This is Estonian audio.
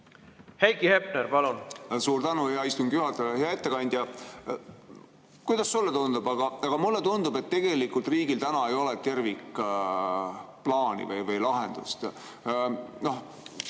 Heiki Hepner, palun! Suur tänu, hea istungi juhataja! Hea ettekandja! Kuidas sulle tundub? Mulle tundub, et tegelikult riigil täna ei ole tervikplaani või -lahendust.